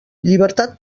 llibertat